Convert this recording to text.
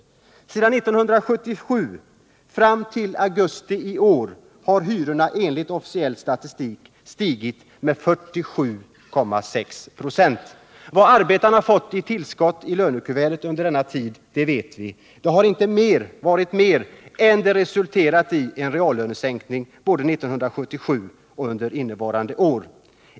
Från 1974 fram till augusti i år har hyrorna — enligt officiell statistik — stigit med 47,6 96. Vad arbetarna fått i tillskott i lönekuvertet under denna tid vet vi. Det har inte varit mer än att det resulterat i reallönesänkningar både 1977 och i år.